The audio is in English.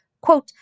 quote